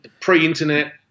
pre-internet